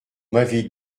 m’avait